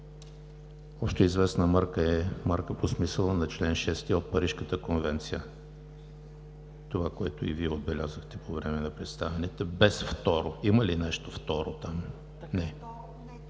„Общоизвестна марка“ е марка по смисъла на чл. 6, второ от Парижката конвенция.“ Това, което и Вие отбелязахте по време на представянето – без „второ“. Има ли нещо „второ“ там?